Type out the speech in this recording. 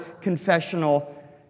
confessional